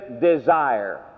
desire